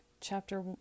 chapter